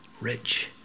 rich